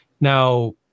Now